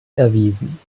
erwiesen